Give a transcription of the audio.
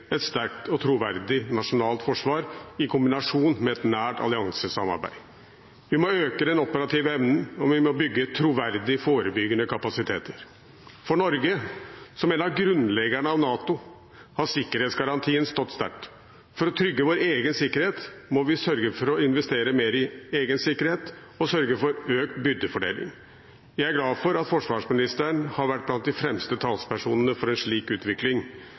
et sterkt og troverdig nasjonalt forsvar, i kombinasjon med et nært alliansesamarbeid. Vi må øke den operative evnen, og vi må bygge troverdig forebyggende kapasiteter. For Norge, som en av grunnleggerne av NATO, har sikkerhetsgarantien stått sterkt. For å trygge vår egen sikkerhet må vi sørge for å investere mer i egen sikkerhet og sørge for økt byrdefordeling. Jeg er glad for at forsvarsministeren har vært blant de fremste talspersonene for en slik utvikling.